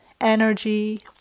energy